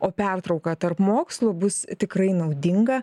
o pertrauką tarp mokslų bus tikrai naudinga